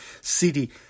city